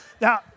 Now